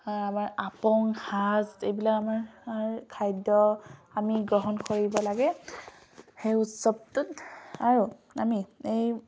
আমাৰ আপং সাঁজ এইবিলাক আমাৰ খাদ্য আমি গ্ৰহণ কৰিব লাগে সেই উৎসৱটোত আৰু আমি এই